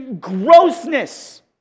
grossness